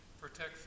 protect